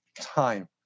time